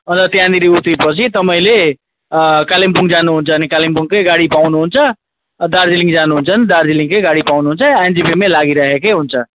अन्त त्यहाँनिर उत्रेपछि तपाईँले कालिम्पोङ जानुहुन्छ भने कालिम्पोङकै गाडी पाउनु हुन्छ दार्जिलिङ जानुहुन्छ भने दार्जिलिङकै गाडी पाउनु हुन्छ एनजेपीमै लागिराखेकै हुन्छ